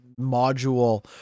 module